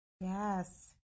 Yes